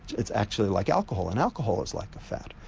it's actually like alcohol and alcohol is like a fat.